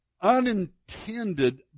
unintended